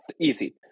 easy